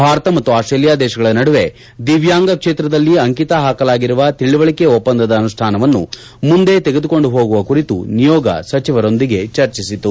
ಭಾರತ ಮತ್ತು ಆಸ್ವೇಲಿಯಾ ದೇಶಗಳ ನಡುವೆ ದಿವ್ಯಾಂಗ ಕ್ಷೇತ್ರದಲ್ಲಿ ಅಂಕಿತ ಹಾಕಲಾಗಿರುವ ತಿಳಿವಳಿಕೆ ಒಪ್ಪಂದದ ಅನುಷ್ಡಾನವನ್ನು ಮುಂದೆ ತೆಗೆದುಕೊಂಡು ಹೋಗುವ ಕುರಿತು ನಿಯೋಗ ಸಚಿವರೊಂದಿಗೆ ಚರ್ಚಿಸಿತು